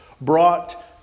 brought